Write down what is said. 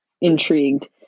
intrigued